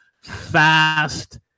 fast